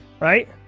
right